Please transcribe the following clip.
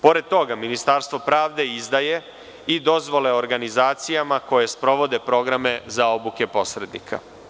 Pored toga, Ministarstvo pravde izdaje i dozvole organizacijama koje sprovode programe za obuke posrednika.